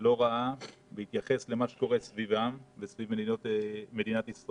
לא רעה בהתייחס למה שקורה סביבם וסביב מדינת ישראל,